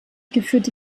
geführte